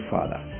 Father